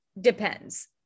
depends